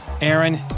Aaron